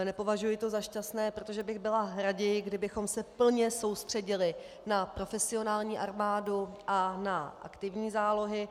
Nepovažuji to za šťastné, protože bych byla raději, kdybychom se plně soustředili na profesionální armádu a na aktivní zálohy.